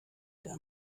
der